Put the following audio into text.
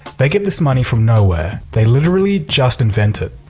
they get this money from nowhere! they literally just invent it.